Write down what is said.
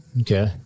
Okay